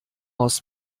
aus